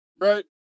Right